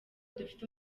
dufite